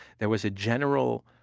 there was a general